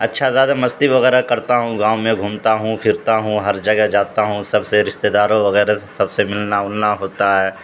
اچھا زیادہ مستی وغیرہ کرتا ہوں گاؤں میں گھومتا ہوں پھرتا ہوں ہر جگہ جاتا ہوں س سے رشتے داروں وغیرہ سب سے ملنا ولنا ہوتا ہے